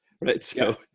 right